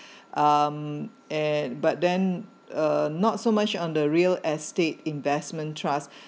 um and but then uh not so much on the real estate investment trust